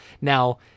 Now